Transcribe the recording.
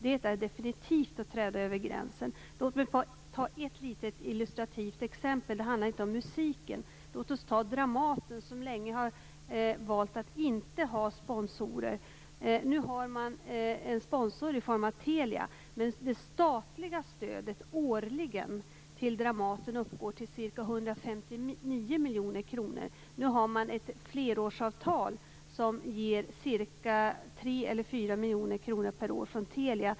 Det är definitivt att träda över gränsen. Låt mig ta ett litet illustrativt exempel. Det handlar inte om musiken, utan låt oss ta Dramaten som länge har valt att inte ha sponsorer. Nu har man en sponsor i form av Telia, men det statliga stödet årligen till Dramaten uppgår till ca 159 miljoner kronor. Man har ett flerårsavtal som ger 3-4 miljoner kronor per år från Telia.